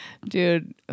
Dude